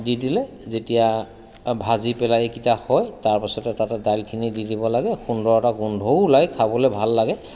দি দিলে যেতিয়া ভাজি পেলাই এইকেইটা হয় তাৰপাছতে তাতে দাইলখিনি দি দিব লাগে সুন্দৰ এটা গোন্ধও ওলাই খাবলৈ ভাল লাগে